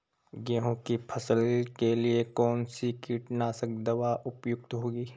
गेहूँ की फसल के लिए कौन सी कीटनाशक दवा उपयुक्त होगी?